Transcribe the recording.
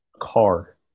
Car